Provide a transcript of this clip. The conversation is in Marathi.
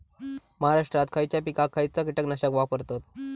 महाराष्ट्रात खयच्या पिकाक खयचा कीटकनाशक वापरतत?